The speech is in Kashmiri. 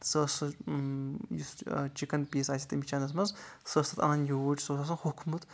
سۄ ٲس سُہ یُس چِکن پیٖس آسہِ تٔمِس چنٛدَس منٛز سۄ ٲس تَتھ اَنان یوٗرۍ سۄ اوس آسان ہوٚکھمُت